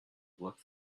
looks